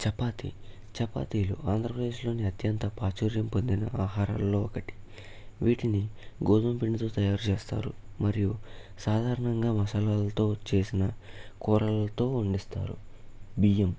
చపాతి చపాతీలు ఆంధ్రప్రదేశ్లోని అత్యంత ప్రాచుర్యం పొందిన ఆహారాల్లో ఒకటి వీటిని గోధుమపిండితో తయారు చేస్తారు మరియు సాధారణంగా మసాలాలతో చేసిన కూరలతో వండిస్తారు బియ్యం